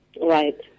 Right